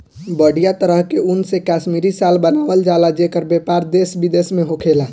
बढ़िया तरह के ऊन से कश्मीरी शाल बनावल जला जेकर व्यापार देश विदेश में होखेला